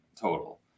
total